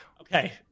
Okay